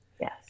Yes